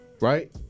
right